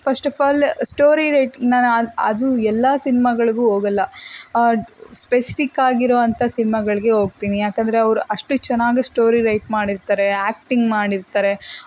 first of all story right ನಾನು ಅದು ಎಲ್ಲ ಸಿನ್ಮಗಳಿಗೆ ಹೋಗಲ್ಲ ಸ್ಪೆಸಿಫಿಕ್ ಆಗಿರುವಂತ ಸಿನ್ಮಗಳಿಗೆ ಹೋಗ್ತಿನಿ ಯಾಕೆಂದ್ರೆ ಅವರು ಅಷ್ಟು ಚೆನ್ನಾಗೇ ಸ್ಟೋರಿ ರೈಟ್ ಮಾಡಿರ್ತಾರೆ ಆ್ಯಕ್ಟಿಂಗ್ ಮಾಡಿರ್ತಾರೆ